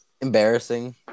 Embarrassing